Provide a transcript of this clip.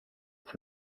and